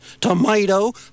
tomato